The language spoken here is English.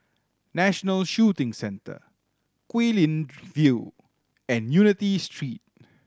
National Shooting Centre Guilin View and Unity Street